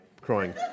crying